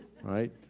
right